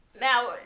Now